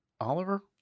Oliver